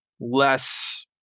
less